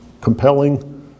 compelling